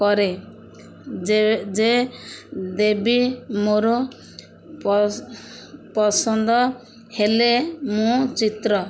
କରେ ଯେ ଯେ ଦେବୀ ମୋର ପସନ୍ଦ ହେଲେ ମୁଁ ଚିତ୍ର